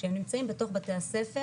שהם נמצאים בתוך בתי הספר.